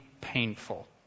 painful